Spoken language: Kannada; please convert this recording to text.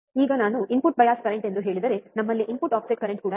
ಈಗ ನಾನು ಇನ್ಪುಟ್ ಬಯಾಸ್ ಕರೆಂಟ ಎಂದು ಹೇಳಿದರೆ ನಮ್ಮಲ್ಲಿ ಇನ್ಪುಟ್ ಆಫ್ಸೆಟ್ ಕರೆಂಟ್ ಕೂಡ ಇದೆ